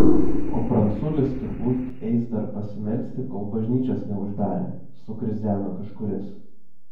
o pranculis turbūt eis dar pasimelsti kol bažnyčios neuždarė sukrizeno kažkuris